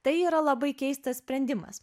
tai yra labai keistas sprendimas